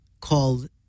called